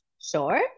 Sure